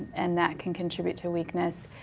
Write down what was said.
and that can contribute to weakness.